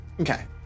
Okay